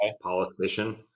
politician